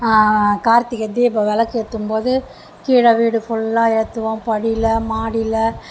கார்த்திகை தீபம் விளக்கேற்றும் போது கீழே வீடு ஃபுல்லாக ஏற்றுவோம் படியில் மாடியில்